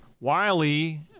Wiley